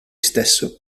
stesso